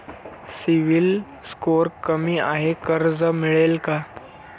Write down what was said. CIBIL score कमी आहे कर्ज मिळेल का?